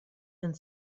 and